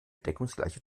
deckungsgleiche